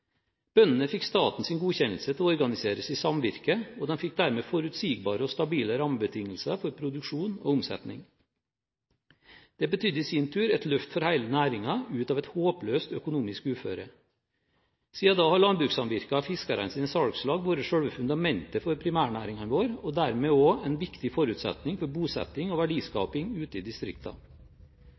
Bøndene fikk statens godkjennelse til å organisere seg i samvirker, og de fikk dermed forutsigbare og stabile rammebetingelser for produksjon og omsetning. Det betydde i sin tur et løft for hele næringen ut av et håpløst økonomisk uføre. Siden da har landbrukssamvirkene og fiskernes salgslag vært selve fundamentet for primærnæringene våre og dermed også en viktig forutsetning for bosetting og verdiskaping ute i